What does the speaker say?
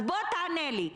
אז תענה לי,